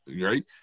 right